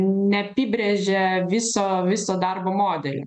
neapibrėžė viso viso darbo modelį